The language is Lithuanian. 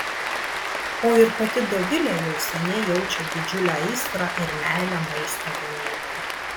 o ir pati dovilė jau seniai jaučia didžiulę aistrą ir meilę maisto gamybai